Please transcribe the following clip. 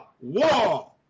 war